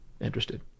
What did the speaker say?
interested